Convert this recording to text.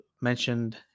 mentioned